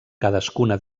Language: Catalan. cadascuna